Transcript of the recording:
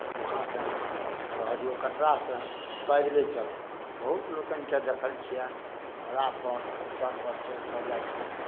इहाँसँ रहय दियौ कटरासँ पैदले चललहुँ बहुत लोकनिकेँ देखै छियनि घोड़ापर खच्चरपर चढ़ि कऽ जाइ छथि